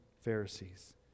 Pharisees